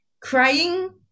crying